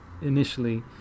initially